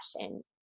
passion